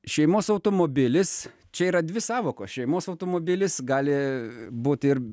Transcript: šeimos automobilis čia yra dvi sąvokos šeimos automobilis gali būti ir